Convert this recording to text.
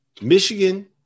Michigan